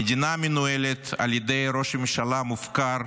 המדינה מנוהלת על ידי ראש ממשלה מופקר,